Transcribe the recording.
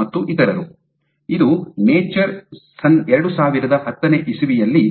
ಮತ್ತು ಇತರರು ಇದು ನೇಚರ್ ಸನ್ ಎರಡುಸಾವಿರದ ಹತ್ತನೇ ಇಸವಿಯಲ್ಲಿ